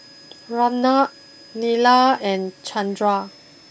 Ramnath Neila and Chandra